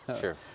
sure